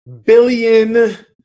billion